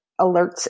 alerts